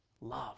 Love